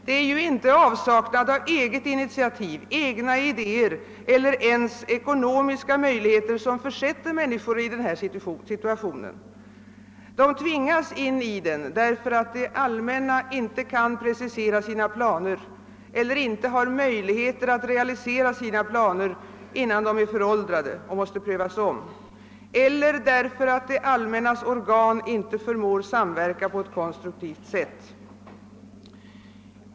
Det är inte avsaknad av eget initiativ, av egna idéer eller ens av ekonomiska möjligheter som försätter människor i denna situation. De tvingas in i den därför att det allmänna inte kan precisera sina planer eller inte har möjligheter att realisera sådana, innan de är föråldrade och måste prövas om, eller därför att det allmännas organ inte förmår samverka på ett konstruktivt sätt.